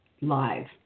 live